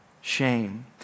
shame